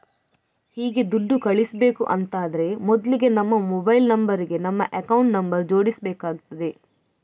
ಹೀಗೆ ದುಡ್ಡು ಕಳಿಸ್ಬೇಕು ಅಂತಾದ್ರೆ ಮೊದ್ಲಿಗೆ ನಮ್ಮ ಮೊಬೈಲ್ ನಂಬರ್ ಗೆ ನಮ್ಮ ಅಕೌಂಟ್ ನಂಬರ್ ಜೋಡಿಸ್ಬೇಕಾಗ್ತದೆ